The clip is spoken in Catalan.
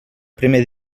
primer